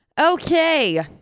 Okay